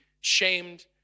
shamed